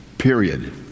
period